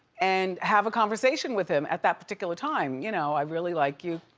and have a conversation with him at that particular time, you know, i really like you.